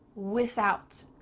without.